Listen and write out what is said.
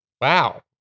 Wow